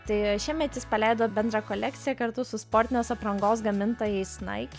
tai šiemet jis paleido bendrą kolekciją kartu su sportinės aprangos gamintojais nike